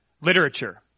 literature